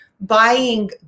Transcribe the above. buying